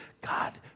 God